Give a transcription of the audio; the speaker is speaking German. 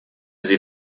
sie